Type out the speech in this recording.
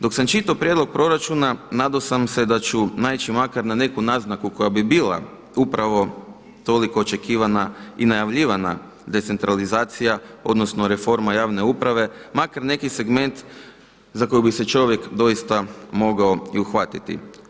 Dok sam čitao prijedlog proračuna nadao sam se da ću naići makar na neku naznaku koja bi bila upravo toliko očekivana i najavljivana decentralizacija odnosno reforme javne uprave, makar neki segment za koji bi se čovjek doista mogao i uhvatiti.